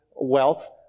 wealth